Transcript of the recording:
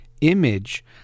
image